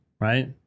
right